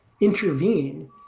intervene